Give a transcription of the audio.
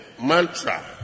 mantra